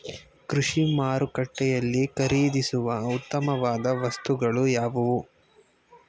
ಕೃಷಿ ಮಾರುಕಟ್ಟೆಯಲ್ಲಿ ಖರೀದಿಸುವ ಉತ್ತಮವಾದ ವಸ್ತುಗಳು ಯಾವುವು?